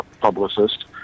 publicist